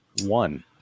one